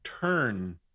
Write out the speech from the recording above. turn